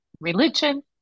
religion